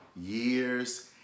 Year's